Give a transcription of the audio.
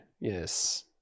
yes